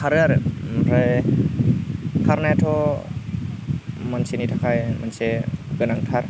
खारो आरो ओमफ्राय खारनायाथ' मानसिनि थाखाय मोनसे गोनांथार